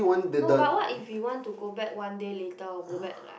no but what if we want to go back one day later or like